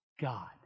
God